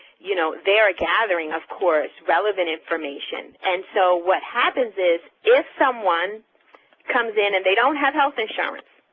you know, they're ah gathering of course relevant information, and so what happens is, if someone comes in and they don't have health insurance,